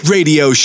Radio